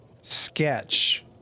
sketch